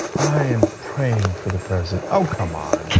i am praying for the president. ah come on,